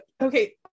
okay